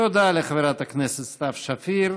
תודה לחברת הכנסת סתיו שפיר.